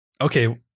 Okay